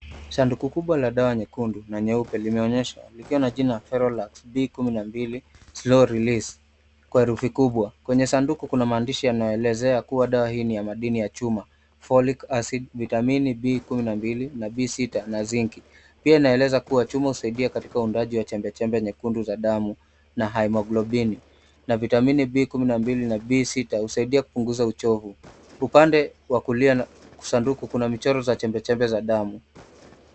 Sanduku kubwa la dawa nyekundu na nyeupe limeonyesha likiwa na jina ferolax B12 slow release kwa herufi kubwa. Kwenye sanduku kuna maandishi yanayoelezea kuwa dawa hii ni ya madini ya chuma, folic acid , vitamini B12 na B6 na zinc . Pia inaeleza kuwa chuma husaidia katika uundaji wa chembe chembe nyekundu za damu na haemoglobini na vitamini B12 na B6 husaidia kupunguza uchovu. Upande wa kulia na sanduku kuna michoro ya chembe chembe za damu.